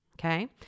Okay